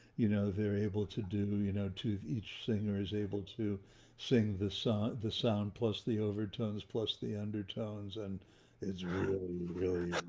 you know, they're able to do you know, to each thing or is able to sing the song, the sound plus the overtones plus the undertones and it's really really